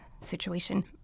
situation